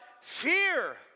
fear